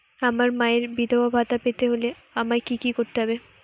আমার মায়ের বিধবা ভাতা পেতে হলে আমায় কি কি করতে হবে?